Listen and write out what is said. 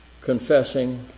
confessing